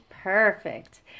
Perfect